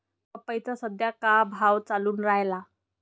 पपईचा सद्या का भाव चालून रायला?